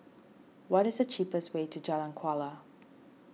what is the cheapest way to Jalan Kuala